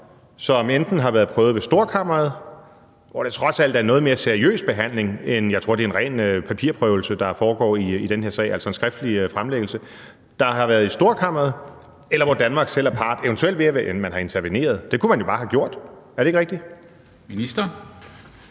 som har været prøvet ved Storkammeret, hvor det trods alt er en noget mere seriøs behandling, end jeg tror det har været, for det er en ren papirprøvelse, der er foregået i den her sag, nemlig en skriftlig fremlæggelse. Vi skal kun følge de domme, hvor sagen har været i Storkammeret, eller hvor Danmark selv er part, eventuelt ved at man har interveneret. Det kunne man jo bare have gjort. Er det ikke rigtigt? Kl.